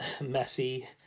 messy